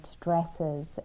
dresses